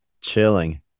Chilling